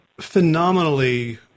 phenomenally